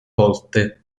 volte